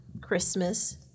Christmas